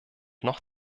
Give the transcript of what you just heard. noch